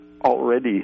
already